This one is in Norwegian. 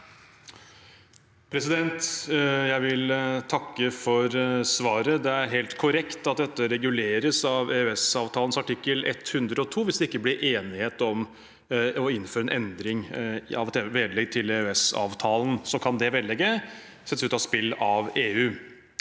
Jeg vil takke for sva- ret. Det er helt korrekt at dette reguleres av EØS-avtalen artikkel 102. Hvis det ikke blir enighet om å innføre en endring av et vedlegg til EØS-avtalen, kan det vedlegget settes ut av spill av EU.